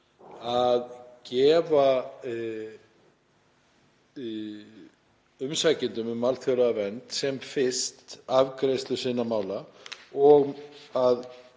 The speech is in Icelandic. að veita umsækjendum um alþjóðlega vernd sem fyrst afgreiðslu sinna mála og að